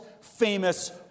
famous